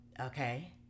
Okay